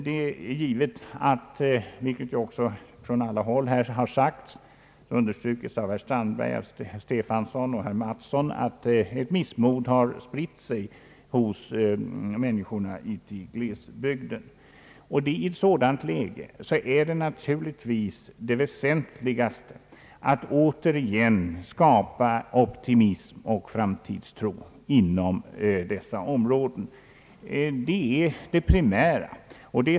Från alla håll har här understrukits — bl.a. av herr Strandberg, herr Stefanson och herr Mattsson att ett missmod har spritt sig bland människorna i glesbygden. I ett sådant läge är naturligtvis det väsentligaste att återigen skapa optimism och framtidstro inom dessa områden. Det är det primära!